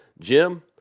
Jim